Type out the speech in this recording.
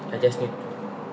I just need